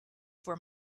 for